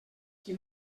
qui